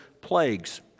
plagues